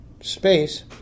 space